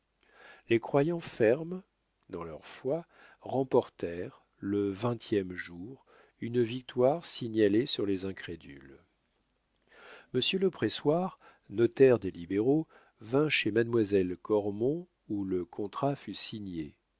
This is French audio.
les croyants fermes dans leur foi remportèrent le vingtième jour une victoire signalée sur les incrédules monsieur lepressoir notaire des libéraux vint chez mademoiselle cormon où le contrat fut signé